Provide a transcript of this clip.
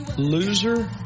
loser